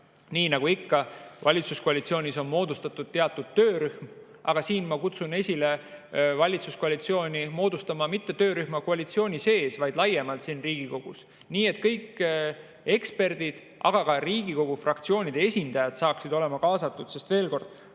Nii nagu ikka valitsuskoalitsioonis, on moodustatud töörühm, aga ma kutsun valitsuskoalitsiooni üles moodustama mitte töörühma koalitsiooni sees, vaid laiemalt Riigikogus nii, et kõik eksperdid, aga ka Riigikogu fraktsioonide esindajad oleksid kaasatud. Ma juhin veel kord